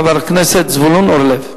חבר הכנסת זבולון אורלב.